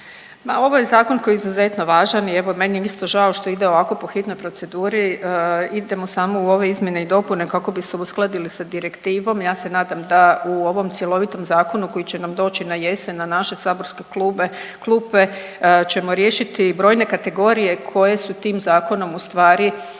ovaj zakon je izuzetno važan i evo meni je isto žao što ide ovako po hitnoj proceduri, idemo samo u ove izmjene i dopune kako bi se uskladili sa direktivom. Ja se nadam da u ovom cjelovitom zakonu koji će nam doći na jesen na naše saborske klupe ćemo riješiti brojne kategorije koje su tim zakonom u stvari obuhvaćene.